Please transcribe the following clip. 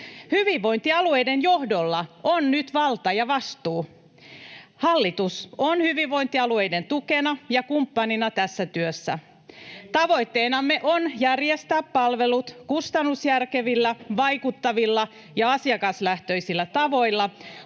Hyvinvointialueiden johdolla on nyt valta ja vastuu. Hallitus on hyvinvointialueiden tukena ja kumppanina tässä työssä. Tavoitteenamme on järjestää palvelut kustannusjärkevillä, vaikuttavilla ja asiakaslähtöisillä tavoilla,